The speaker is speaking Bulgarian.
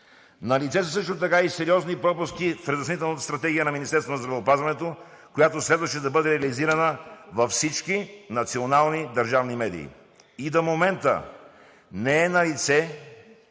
Налице са също така и сериозни пропуски в разяснителната стратегия на Министерството на здравеопазването, която следваше да бъде реализирана във всички национални държавни медии. И до момента е налице